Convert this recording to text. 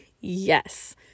Yes